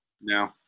No